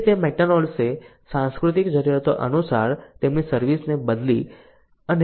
તે રીતે મેકડોનાલ્ડસે સંસ્કૃતિની જરૂરિયાતો અનુસાર તેમની સર્વિસ ને બદલી અથવા અનુકૂલિત કરે છે